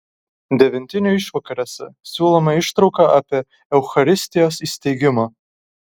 devintinių išvakarėse siūlome ištrauką apie eucharistijos įsteigimą